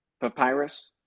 papyrus